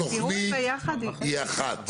התוכנית היא אחת.